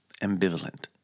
ambivalent